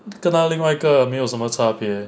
跟那另外一个没有什么差别